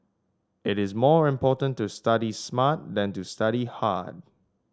it is more important to study smart than to study hard